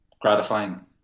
gratifying